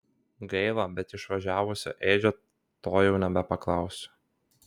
gaila bet išvažiavusio edžio to jau nebepaklausiu